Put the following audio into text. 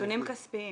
נתונים כספיים.